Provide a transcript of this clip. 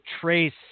trace